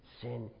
sin